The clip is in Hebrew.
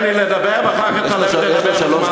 לא נכון, זה לא נכון.